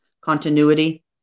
continuity